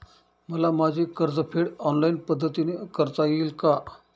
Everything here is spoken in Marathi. मला माझे कर्जफेड ऑनलाइन पद्धतीने करता येईल का?